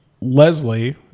Leslie